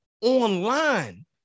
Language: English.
online